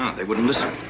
they wouldn't listen,